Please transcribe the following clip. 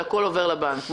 שהכול עובר לבנק.